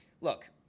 Look